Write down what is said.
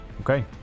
Okay